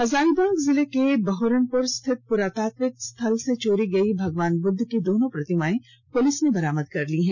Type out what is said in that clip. हजारीबाग जिले के बहोरनपुर स्थित पुरातात्विक स्थल से चोरी गई भगवान बुद्ध की दोनों प्रतिमायें पुलिस ने बरामद कर ली है